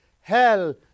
hell